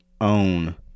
own